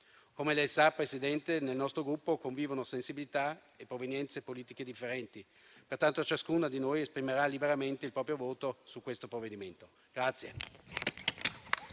Come lei sa, Presidente, nel nostro Gruppo convivono sensibilità e provenienze politiche differenti, pertanto ciascuno di noi esprimerà liberamente il proprio voto sul provvedimento al